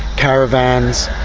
caravans,